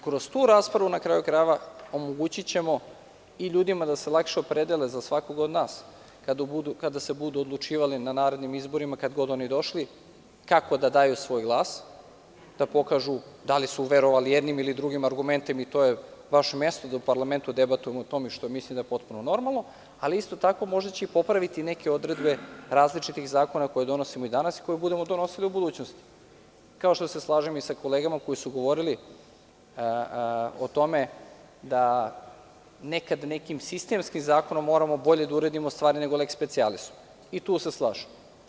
Kroz tu raspravu, na kraju krajeva, omogućićemo i ljudima da se lakše opredele za svakoga od nas kada se budu odlučivali na narednim izborima, kad god oni došli, kako da daju svoj glas, da pokažu da li su verovali jednim ili drugim argumentima, i to je baš i mesto da u parlamentu debatujemo o tome, što mislim da je potpuno normalno, ali isto tako možda će i popraviti neke odredbe različitih zakona koje donosimo i danas i koje budemo donosili u budućnosti, kao što se slažem i sa kolegama koji su govorili o tome da nekad nekim sistemskim zakonom moramo bolje da uredimo stvari nego leks specijalisom, i tu se slažem.